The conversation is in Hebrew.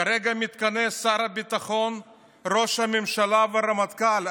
כרגע מתכנסים שר הביטחון, ראש הממשלה והרמטכ"ל.